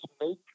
make